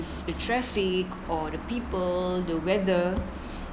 the traffic or the people the weather